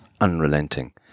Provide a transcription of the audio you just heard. unrelenting